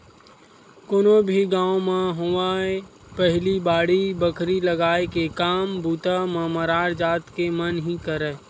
कोनो भी गाँव म होवय पहिली बाड़ी बखरी लगाय के काम बूता ल मरार जात के मन ही करय